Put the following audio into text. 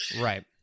Right